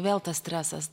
vėl tas stresas